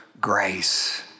grace